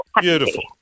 Beautiful